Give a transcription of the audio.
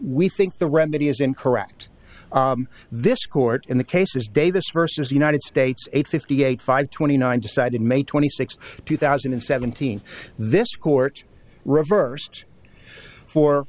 we think the remedy is incorrect this court in the case is davis versus united states eight fifty eight five twenty nine decided may twenty sixth two thousand and seventeen this court reversed for